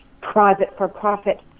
private-for-profit